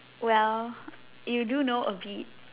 well you do know a bit